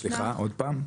סליחה, עוד פעם?